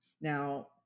Now